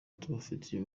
tubafitiye